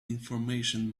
information